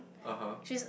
(uh huh)